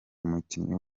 umukinnyi